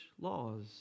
laws